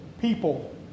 people